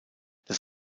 das